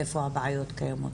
איפה הבעיות קיימות.